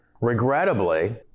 Regrettably